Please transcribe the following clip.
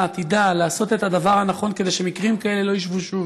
תדע לעשות את הדבר הנכון כדי שמקרים כאלה לא יישנו.